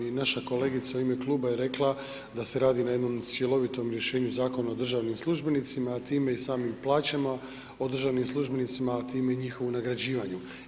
I naša kolegica u ime kluba je rekla da se radi na jednom cjelovitom rješenju Zakona o državnim službenicima a time i samim plaćama o državnim službenicima a time i njihovom nagrađivanju.